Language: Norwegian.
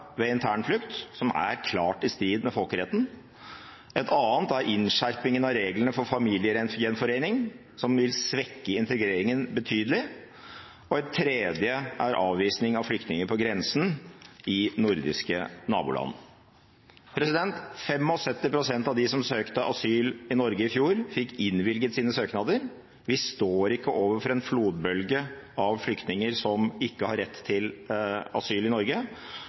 ved internflukt, som er klart i strid med folkeretten. Et annet er innskjerpingen av reglene for familiegjenforening, som vil svekke integreringen betydelig. Et tredje er avvisning av flyktninger på grensen i nordiske naboland. 75 pst. av dem som søkte asyl i Norge i fjor, fikk innvilget sine søknader. Vi står ikke overfor en flodbølge av flyktninger som ikke har rett til asyl i Norge.